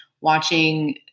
watching